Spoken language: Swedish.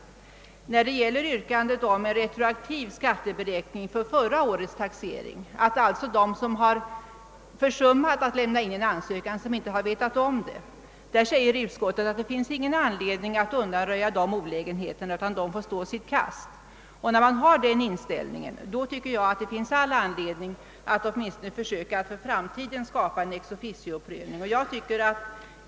När det gäller yrkandet om retroaktiv skatteberäkning för förra årets taxering — det gäller alltså dem som har försummat att lämna in ansökan därför att de inte känt till föreskrifterna — säger utskottet att det inte finns någon anledning att undanröja olägenheterna, utan att vederbörande får stå sitt kast. Har man den inställningen anser jag att det finns skäl att åtminstone försöka att för framtiden skapa en ex officio-prövning.